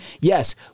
yes